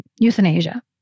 euthanasia